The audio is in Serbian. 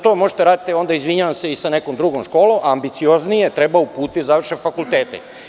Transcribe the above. To možete da radite i sa nekom drugom školom, a ambicioznije treba uputiti da završe fakultete.